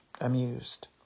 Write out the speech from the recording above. amused